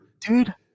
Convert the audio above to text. dude